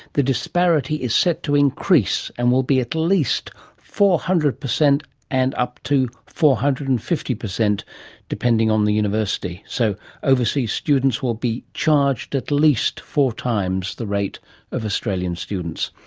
the disparity is set to increase and will be at least four hundred percent and up to four hundred and fifty percent depending on the university, so overseas students will be charged at least four times the rate of australian students.